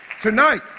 Tonight